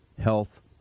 health